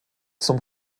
zum